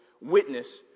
witness